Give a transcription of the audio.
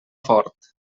fort